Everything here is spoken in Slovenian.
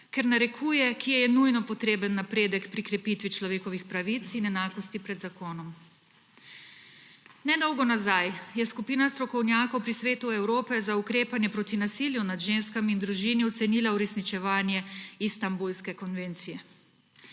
ker narekuje, kje je nujno potreben napredek pri krepitvi človekovih pravic in enakosti pred zakonom. Nedolgo nazaj je skupina strokovnjakov pri Svetu Evrope za ukrepanje proti nasilju nad ženskami in v družini ocenila uresničevanje Istanbulske konvencije.